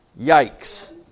yikes